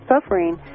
suffering